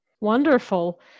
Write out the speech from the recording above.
Wonderful